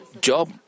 Job